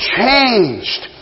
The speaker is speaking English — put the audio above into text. changed